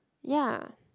ya